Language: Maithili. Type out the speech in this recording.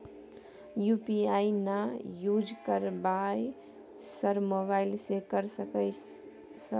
यु.पी.आई ना यूज करवाएं सर मोबाइल से कर सके सर?